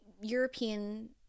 European